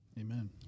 amen